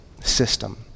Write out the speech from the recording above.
system